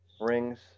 rings